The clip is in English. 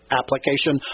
application